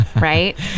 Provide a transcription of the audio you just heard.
right